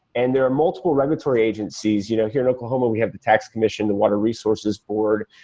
and there are multiple regulatory agencies. you know here in oklahoma, we have the tax commission, the water resources board.